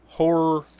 horror